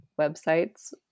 websites